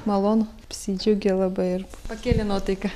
malonu apsidžiaugė labai ir pakėlė nuotaiką